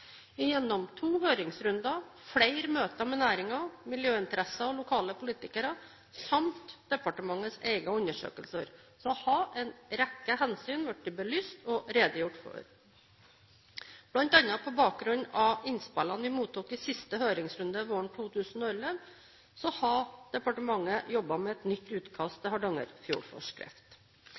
Gjennom to høringsrunder, flere møter med næringen, miljøinteresser og lokale politikere samt departementets egne undersøkelser, har en rekke hensyn blitt belyst og redegjort for. Blant annet på bakgrunn av innspillene vi mottok i siste høringsrunde våren 2011, har departementet jobbet med et nytt utkast til Hardangerfjordforskrift.